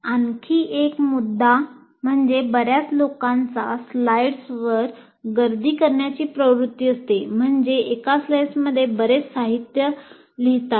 आणखी एक मुद्दा म्हणजे बर्याच लोकांचा स्लाइड्सवर गर्दी करण्याची प्रवृत्ती असते म्हणजे एका स्लाइडमध्ये बरेच साहित्य लिहातात